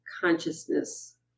consciousness